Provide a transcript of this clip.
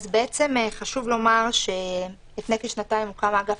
חשוב לומר שלפני כשנתיים הוקם האגף